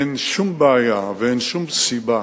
אין שום בעיה, ואין שום סיבה,